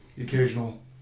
occasional